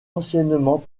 anciennement